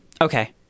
Okay